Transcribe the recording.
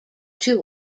too